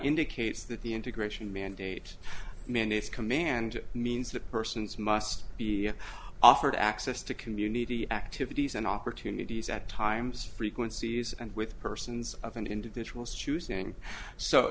indicates that the integration mandate mandates command means that persons must be offered access to community activities and opportunities at times frequencies and with persons of an individual shoestring so